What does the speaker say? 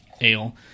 ale